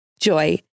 JOY